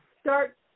start